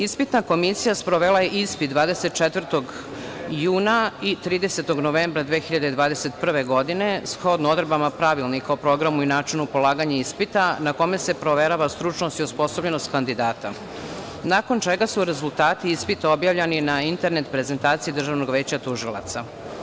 Ispitna komisija sprovela je ispit 24. juna i 30. novembra 2021. godine, shodno odredbama Pravilnika o programu i načinu polaganja ispita na kome se proverava stručnost i osposobljenost kandidata, nakon čega su rezultati ispita objavljeni na internet prezentaciji Državnog veća tužilaca.